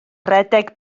redeg